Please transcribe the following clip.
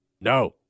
No